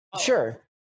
sure